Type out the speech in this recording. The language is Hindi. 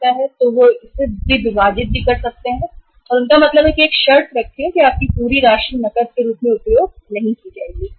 तो वे भी उसे अलग करते हैं और एक शर्त रखते हैं कि आप पूरी राशि का नकद के रूप में उपयोग नहीं कर सकते हैं